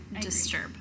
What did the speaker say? disturb